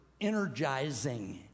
energizing